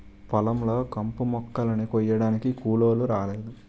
పొలం లో కంపుమొక్కలని కొయ్యడానికి కూలోలు రాలేదు